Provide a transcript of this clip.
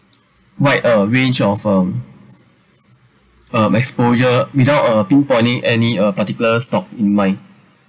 wide uh range of um um exposure without uh pinpoint any uh particular stock in mind